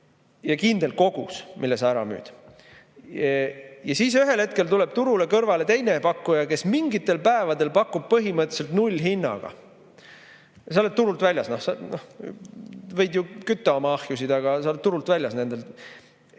ja kindel kogus, mille sa ära müüd. Aga siis ühel hetkel tuleb turule kõrvale teine pakkuja, kes mingitel päevadel pakub põhimõtteliselt nullhinnaga. Ja sa oled turult väljas. Sa võid ju kütta oma ahjusid, aga sa oled turult väljas.